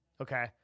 Okay